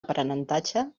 aprenentatge